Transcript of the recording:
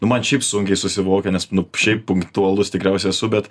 nu man šiaip sunkiai susivokia nes nu šiaip punktualus tikriausiai esu bet